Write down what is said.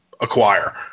acquire